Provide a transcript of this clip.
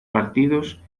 partidos